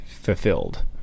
fulfilled